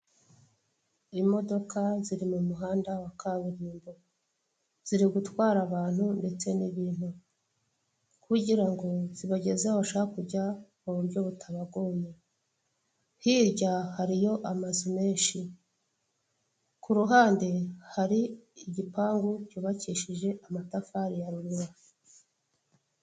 Imodoka ziri mu muhanda wa kaburimbo, ziri gutwara abantu ndetse n'ibintu kugira ngo zibageze aho bashaka kujya mu buryo butabagoye, hirya hariyo amazu menshi, ku ruhande hari igipangu cyubakishije amatafari ya roruwa.